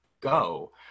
go